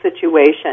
situation